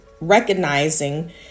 recognizing